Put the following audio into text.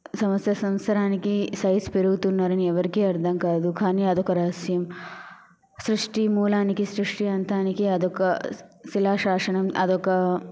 సంవత్స సంవత్సరానికి సైజు పెరుగుతున్నారని ఎవరికీ అర్దం కాదు కాని అదొక రహస్యం సృష్టి మూలానికి సృష్టి అంతానికి అదొక శిలాశాసనం అదొక